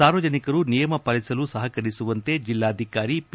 ಸಾರ್ವಜನಿಕರು ನಿಯಮ ಪಾಲಿಸಲು ಸಕರಿಸುವಂತೆ ಜಿಲ್ಲಾಧಿಕಾರಿ ಪಿ